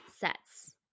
sets